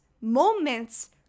moments